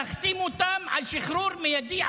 להחתים אותם על שחרור מיידי,